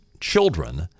children